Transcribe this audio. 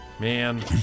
Man